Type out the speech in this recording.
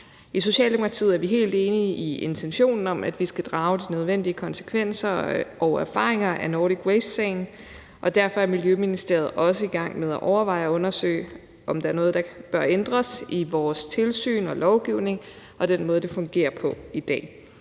I Socialdemokratiet er vi helt enige i intentionen om, at vi skal drage de nødvendige konsekvenser og erfaringer af Nordic Waste-sagen. Derfor er Miljøministeriet også i gang med at overveje og undersøge, om der er noget, der bør ændres i vores tilsyn og lovgivning og den måde, det fungerer på i dag.